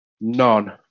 None